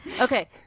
Okay